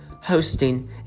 hosting